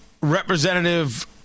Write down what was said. Representative